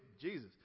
Jesus